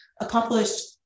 accomplished